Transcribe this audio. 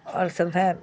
اور سب ہے